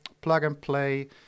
plug-and-play